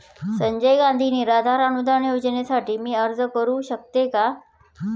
संजय गांधी निराधार अनुदान योजनेसाठी मी अर्ज करू शकते का?